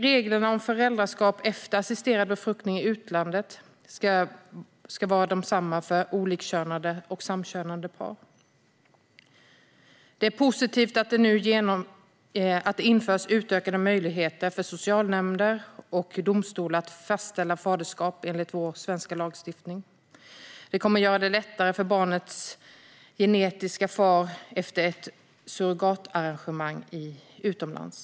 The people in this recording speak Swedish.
Reglerna om föräldraskap efter assisterad befruktning i utlandet ska vara desamma för olikkönade och samkönade par. Det är positivt att det nu införs utökade möjligheter för socialnämnder och domstolar att fastställa faderskap enligt vår svenska lagstiftning. Det kommer att göra det lättare för barnets genetiska far efter ett surrogatarrangemang utomlands.